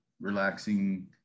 relaxing